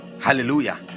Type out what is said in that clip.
hallelujah